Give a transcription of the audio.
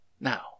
Now